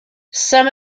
some